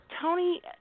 Tony